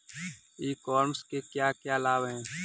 ई commerce के क्या क्या लाभ हैं?